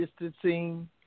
distancing